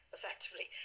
effectively